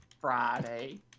Friday